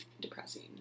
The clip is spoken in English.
depressing